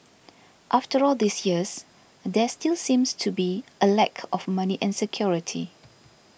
after all these years there still seems to be a lack of money and security